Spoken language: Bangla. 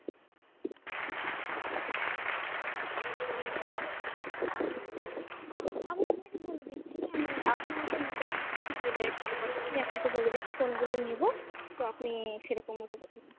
আমি আপনাকে বলে দিচ্ছি আমি আপনি আমাকে মেটালেরই কিছু জুয়েলারির ফটো পাঠান আমি আপনাকে বলে দিচ্ছি কোনগুলো নেবো তো আপনি সেরকম মতো পাঠাবেন